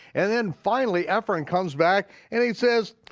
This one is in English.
and then finally, ephron comes back and he says,